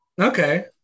Okay